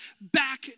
back